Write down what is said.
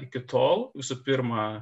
iki tol visų pirma